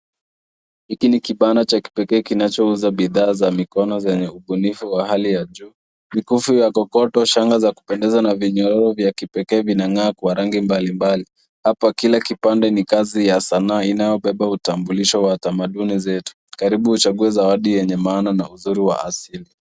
Hiki ni kibanda cha kipekee kinachouza bidhaa za mikono zenye ubunifu wa hali ya juu. Mikufu ya kokoto, shanga za kupendeza na vinyororo vya kipekee vinang'aa kwa rangi mbalimbali. Hapa kila kipande ni kazi ya sanaa inayobeba utambulisho wa tamaduni zetu. Karibu uchague zawadi yenye maana na uzuri wa asili.